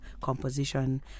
composition